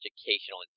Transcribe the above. Educational